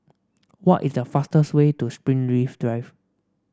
what is the fastest way to Springleaf Drive